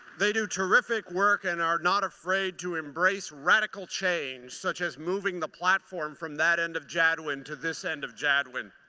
they do terrific work and are not afraid to embrace radical change such as moving the platform from that end of jadwin to this end of jadwin.